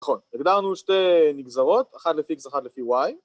‫נכון, הגדרנו שתי נגזרות, ‫אחד לפי X, אחד לפי Y.